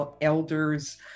elders